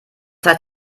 heißt